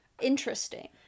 interesting